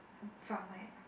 from where